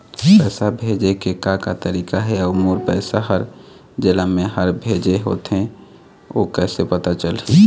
पैसा भेजे के का का तरीका हे अऊ मोर पैसा हर जेला मैं हर भेजे होथे ओ कैसे पता चलही?